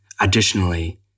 Additionally